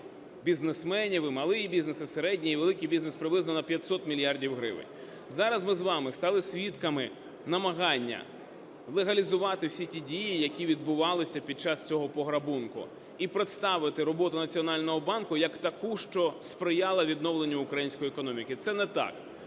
бізнесменів, і малий бізнес, і середній, і великий бізнес приблизно на 500 мільярдів гривень. Зараз ми з вами стали свідками намагання легалізувати всі ті дії, які відбувалися під час цього пограбунку, і представити роботу Національного банку як таку, що сприяла відновленню української економіки. Це не так,